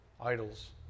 idols